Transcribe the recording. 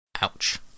Ouch